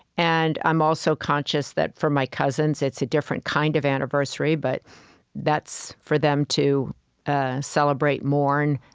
and i'm also conscious that, for my cousins, it's a different kind of anniversary, but that's for them to ah celebrate, mourn,